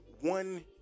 one